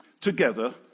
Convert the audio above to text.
together